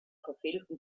verfehlten